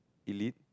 elite